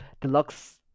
deluxe